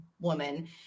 woman